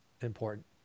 important